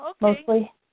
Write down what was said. mostly